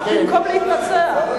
במקום להתנצח,